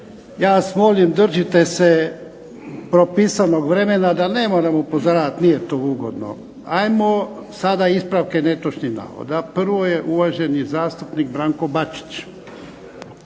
Ja vas molim držite se propisanog vremena da ne moram upozoravati. Nije to ugodno. Ajmo sada ispravke netočnih navoda. Prvo je uvaženi zastupnik Branko Bačić.